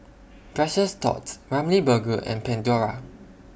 Precious Thots Ramly Burger and Pandora